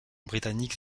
britanniques